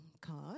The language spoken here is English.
card